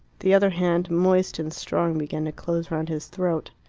the other hand, moist and strong, began to close round his throat.